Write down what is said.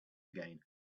again